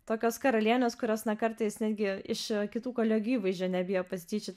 tokios karalienės kurios na kartais netgi iš kitų kolegių įvaizdžio nebijo pasityčiot